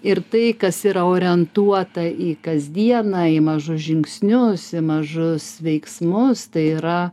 ir tai kas yra orientuota į kasdieną į mažus žingsnius į mažus veiksmus tai yra